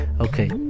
Okay